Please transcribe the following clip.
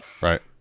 Right